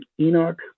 Enoch